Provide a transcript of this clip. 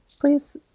please